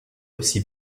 aussi